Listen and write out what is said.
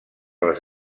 les